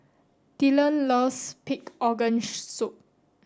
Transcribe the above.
Dylan loves pig organ soup